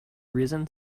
risen